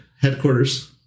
headquarters